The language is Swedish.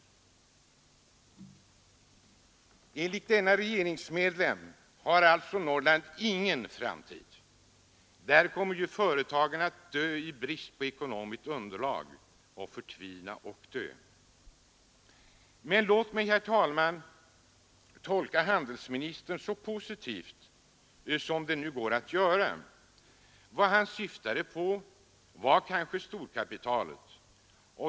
Enligt denne regeringsmedlem har Norrland alltså ingen framtid. Där kommer ju företagen i brist på ekonomiskt underlag att förtvina och dö. Men låt mig, herr talman, tolka Kjell-Olof Feldts ord så positivt som det går att göra. Vad han syftar på är kanske storkapitalet.